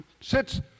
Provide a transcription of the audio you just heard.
sits